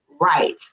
right